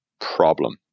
problem